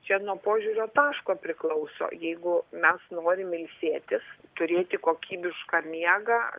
čia nuo požiūrio taško priklauso jeigu mes norim ilsėtis turėti kokybišką miegą